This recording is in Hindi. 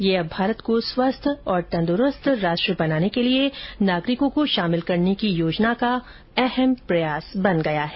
यह अब भारत को स्वस्थ और तंदुरूस्त राष्ट्र बनाने के लिए नागरिकों को शामिल करने की योजना का एक अहम प्रयास बन गया है